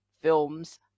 films